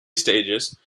stages